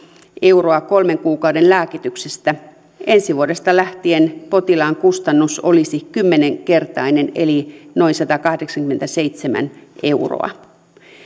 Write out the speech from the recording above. euroa kolmen kuukauden lääkityksestä ensi vuodesta lähtien potilaan kustannus olisi kymmenen kertainen eli noin satakahdeksankymmentäseitsemän euroa